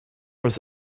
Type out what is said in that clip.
was